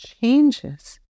changes